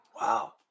Wow